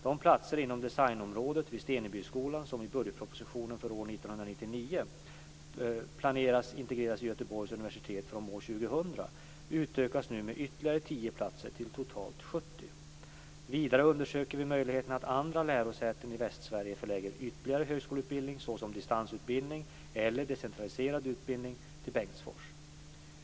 De platser inom designområdet vid Stenebyskolan som i budgetpropositionen för år 1999 planeras integreras i Göteborgs universitet fr.o.m. år 2000, utökas nu med ytterligare 10 platser till totalt 70. Vidare undersöker vi möjligheten att andra lärosäten i Västsverige förlägger ytterligare högskoleutbildning såsom distansutbildning eller decentraliserad utbildning till Bengtsfors.